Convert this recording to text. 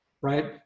right